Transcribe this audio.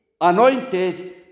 anointed